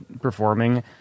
performing